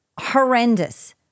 horrendous